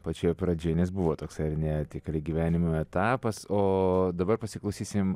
pačioje pradžioj nes buvo toksai ar ne tikrai gyvenimo etapas o dabar pasiklausysim